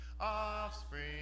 offspring